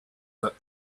that